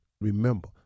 Remember